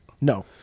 No